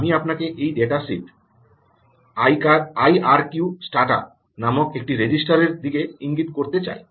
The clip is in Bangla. আমি আপনাকে এই ডাটাশীট আইআরকিউস্টাটা নামক একটি রেজিস্ট্রারের দিকে ইঙ্গিত করতে চাই